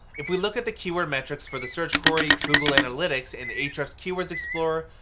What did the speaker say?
if we look at the keyword metrics for the search query, google analytics in ahrefs' keyword explorer,